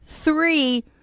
three